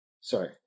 sorry